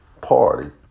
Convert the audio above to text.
party